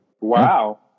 Wow